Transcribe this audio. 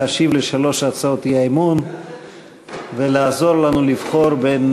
להשיב על שלוש הצעות האי-אמון ולעזור לנו לבחור בין